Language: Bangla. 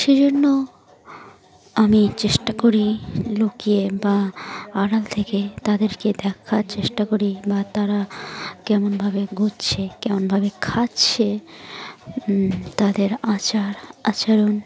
সে জন্য আমি চেষ্টা করি লুকিয়ে বা আড়াল থেকে তাদেরকে দেখার চেষ্টা করি বা তারা কেমনভাবে ঘুরছে কেমনভাবে খাচ্ছে তাদের আচার আচরণ